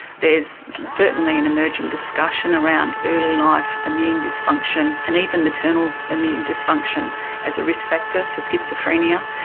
there is certainly an emerging discussion around early-life immune dysfunction and even maternal immune dysfunction as a risk factor for schizophrenia.